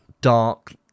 dark